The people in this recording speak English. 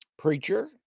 preacher